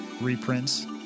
reprints